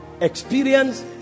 experience